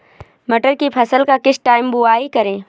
मटर की फसल का किस टाइम बुवाई करें?